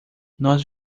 nós